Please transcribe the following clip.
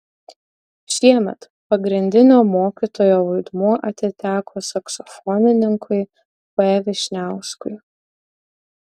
šiemet pagrindinio mokytojo vaidmuo atiteko saksofonininkui p vyšniauskui